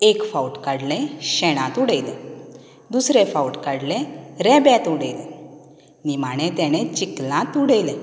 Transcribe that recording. एक फावट काडलें शेणांत उडयलें दुसरे फावट काडलें रेब्यात उडयलें निमाणें तेणें चिकलांत उडयलें